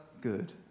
good